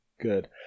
good